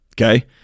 okay